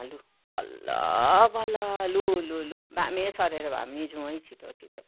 लु बल्ल बल्ल लु लु लु बामे सरेर भए पनि जाउँ है छिटो छिटो